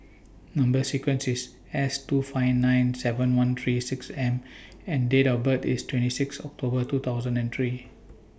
Number sequence IS S two five nine seven one three six M and Date of birth IS twenty six October two thousand and three